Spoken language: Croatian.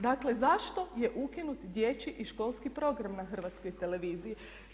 Dakle, zašto je ukinut dječji i školski program na Hrvatskoj televiziji?